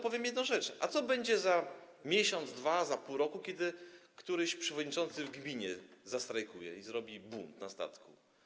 Powiem jedną rzecz: a co będzie za miesiąc, dwa, za pół roku, kiedy któryś przewodniczący w gminie zastrajkuje i zrobi bunt na statku?